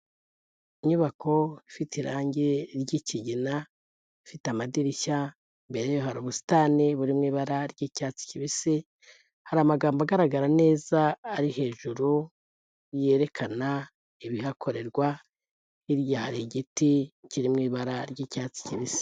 Inyubako ifite irange ry'ikigina, ifite amadirishya, imbere hari ubusitani buri mu ibara ry'icyatsi kibisi, hari amagambo agaragara neza ari hejuru yerekana ibihakorerwa, hirya hari igiti kiri mu ibara ry'icyatsi kibisi.